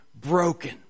broken